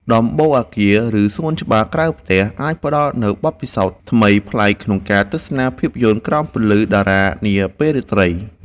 ដំបូលអគារ ឬសួនច្បារក្រៅផ្ទះ អាចផ្ដល់នូវបទពិសោធន៍ថ្មីប្លែកក្នុងការទស្សនាភាពយន្តក្រោមពន្លឺតារានាពេលរាត្រី។